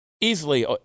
Easily